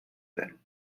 them